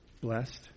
Blessed